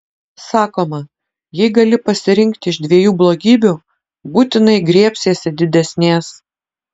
sakoma jei gali pasirinkti iš dviejų blogybių būtinai griebsiesi didesnės